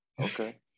Okay